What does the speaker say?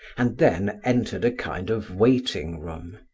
and then entered a kind of waiting-room.